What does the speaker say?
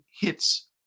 hits